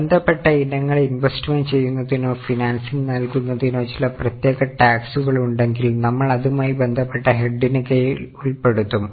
ബന്ധപ്പെട്ട ഇനങ്ങൾ ഇൻവെസ്റ്റ് ചെയ്യുന്നതിനോ ഫിനാൻസിങ് നൽകുന്നതിനോ ചില പ്രത്യേക ടാക്സുകൾ ഉണ്ടെങ്കിൽ നമ്മൾ അതുമായി ബന്ധപ്പെട്ട ഹെഡിന് കീഴിൽ ഉൾപ്പെടുത്തും